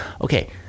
okay